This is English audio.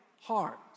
heart